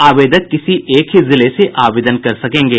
आवेदक किसी एक ही जिले से आवेदन कर सकेंगे